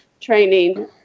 training